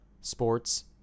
sports